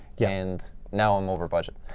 yeah and now i'm over budget.